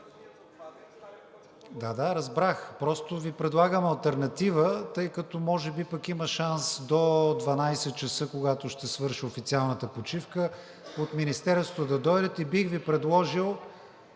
Да, да, разбрах. Просто Ви предлагам алтернатива, тъй като може би пък има шанс до 12,00 ч., когато ще свърши официалната почивка, от Министерството да дойдат и бих Ви предложил,